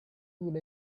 would